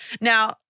Now